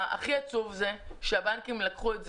הכי עצוב זה שהבנקים לקחו את זה,